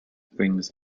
brings